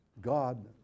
God